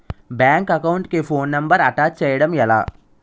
Bank account కి phone number attach చేయడం ఎలా?